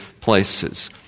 places